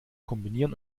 kombinieren